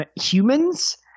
humans